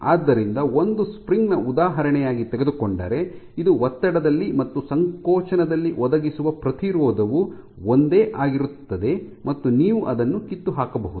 ಆದ್ದರಿಂದ ಒಂದು ಸ್ಪ್ರಿಂಗ್ ನ ಉದಾಹರಣೆಯಾಗಿ ತೆಗೆದುಕೊಂಡರೆ ಇದು ಒತ್ತಡದಲ್ಲಿ ಮತ್ತು ಸಂಕೋಚನದಲ್ಲಿ ಒದಗಿಸುವ ಪ್ರತಿರೋಧವು ಒಂದೇ ಆಗಿರುತ್ತದೆ ಮತ್ತು ನೀವು ಅದನ್ನು ಕಿತ್ತು ಹಾಕಬಹುದು